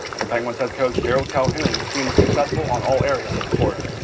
for penguins head coach jarrod calhoun, the team was successful on all areas of the court.